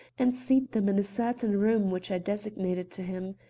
and seat them in a certain room which i designated to him.